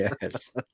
yes